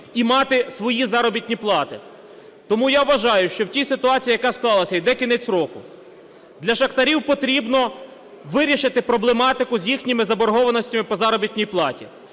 і мати свої заробітні плати. Тому я вважаю, що в тій ситуації, яка склалася, йде кінець року, для шахтарів потрібно вирішити проблематику з їхніми заборгованостями по заробітній платі.